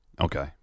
Okay